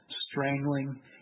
strangling